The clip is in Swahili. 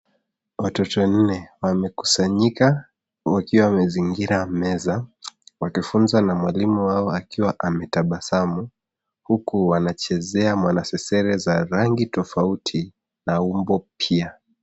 Watoto nne wamekusanyika wakiwa wamezingira meza, wakifunzwa na mwalimu wao akiwa ametabasamu huku wanachezea mwanasesere za rangi tofauti na umbo pia.